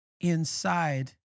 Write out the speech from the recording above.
inside